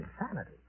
insanity